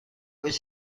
was